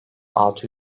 altı